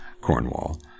cornwall